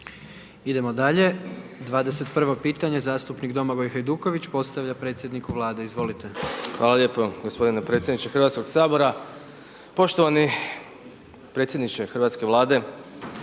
Idemo dalje. 21. pitanje zastupnik Domagoj Hajduković postavlja predsjedniku Vlade, izvolite. **Hajduković, Domagoj (SDP)** Hvala lijepo gospodine predsjedniče Hrvatskog sabora. Poštovani predsjedniče hrvatske Vlade,